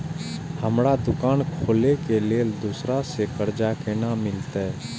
हमरा दुकान खोले के लेल दूसरा से कर्जा केना मिलते?